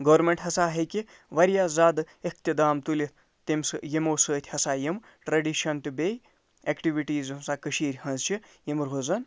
government ہسا ہٮ۪کہِ واریاہ زیادٕ اقتدام تُلِتھ تٔمۍ سُہ یِمَو سۭتۍ ہسا یِم ٹرٛیڈِشَن تہٕ بیٚیہِ ایکٹیٛوٗٹیٖز یۄس ہسا کٔشیٖرِ ہٕنٛز چھِ یِمہٕ روزَن